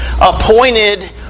appointed